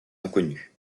inconnu